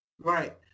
right